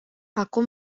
aku